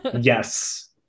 yes